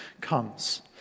comes